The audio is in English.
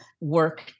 work